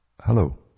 Hello